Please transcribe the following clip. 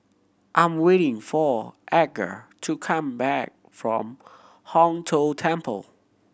I'm waiting for Edgar to come back from Hong Tho Temple